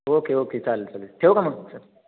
okay okay चालेल चालेल ठेवू का मग सर